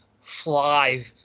fly